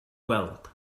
weld